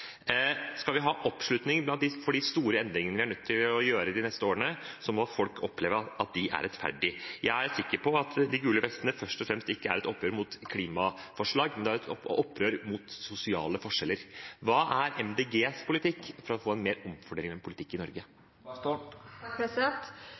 Skal vi ha oppslutning for de store endringene vi er nødt til å gjøre de neste årene, må folk oppleve at de er rettferdige. Jeg er sikker på at de gule vestene ikke først og fremst er et opprør mot klimaforslag, men et opprør mot sosiale forskjeller. Hva er Miljøpartiet De Grønnes politikk for å få en mer omfordelende politikk i Norge?